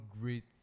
great